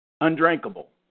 Undrinkable